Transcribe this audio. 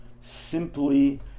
simply